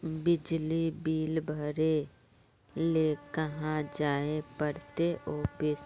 बिजली बिल भरे ले कहाँ जाय पड़ते ऑफिस?